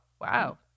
wow